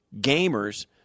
gamers –